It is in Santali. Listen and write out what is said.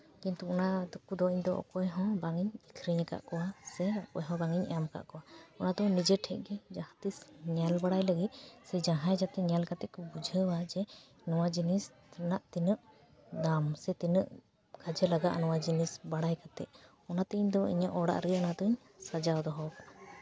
ᱠᱤᱱᱛᱩ ᱚᱱᱟ ᱫᱚ ᱤᱧ ᱫᱚ ᱚᱠᱚᱭ ᱦᱚᱸ ᱵᱟᱝ ᱤᱧ ᱟᱠᱷᱨᱤᱧ ᱟᱠᱟᱫ ᱠᱚᱣᱟ ᱥᱮ ᱚᱠᱚᱭ ᱦᱚᱸ ᱵᱟᱝ ᱤᱧ ᱮᱢ ᱟᱠᱟᱫ ᱠᱚᱣᱟ ᱚᱱᱟᱫᱚ ᱱᱤᱡᱮ ᱴᱷᱮᱱ ᱜᱮ ᱡᱟᱦᱟᱸ ᱛᱤᱸᱥ ᱧᱮᱞ ᱵᱟᱲᱟᱭ ᱞᱟᱹᱜᱤᱫ ᱥᱮ ᱡᱟᱦᱟᱸᱭ ᱡᱟᱛᱮ ᱧᱮᱞ ᱠᱟᱛᱮᱫ ᱠᱚ ᱵᱩᱡᱷᱟᱹᱣᱟ ᱡᱮ ᱱᱚᱣᱟ ᱡᱤᱱᱤᱥ ᱨᱮᱱᱟᱜ ᱛᱤᱱᱟᱹᱜ ᱫᱟᱢ ᱥᱮ ᱛᱤᱱᱟᱹᱜ ᱠᱟᱡᱮ ᱞᱟᱜᱟᱜᱼᱟ ᱵᱟᱲᱟᱭ ᱠᱟᱛᱮᱫ ᱚᱱᱟᱛᱮ ᱤᱧ ᱫᱚ ᱤᱧᱟᱹᱜ ᱚᱲᱟᱜ ᱨᱮᱜᱮ ᱤᱧ ᱫᱚ ᱥᱟᱡᱟᱣ ᱫᱚᱦᱚ ᱟᱠᱟᱫᱼᱟ